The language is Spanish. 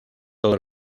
todo